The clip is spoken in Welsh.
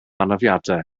anafiadau